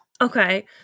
Okay